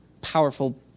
powerful